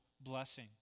blessing